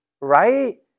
right